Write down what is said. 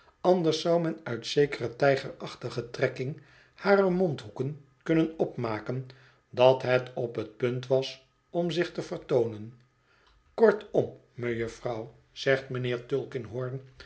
anders zou men uit zekere tijgerachtige trekking harer mondhoeken kunnen opmaken dat het op het punt was om zich te vertoonen kortom mejufvrouw zegt mijnheer tulkinghorn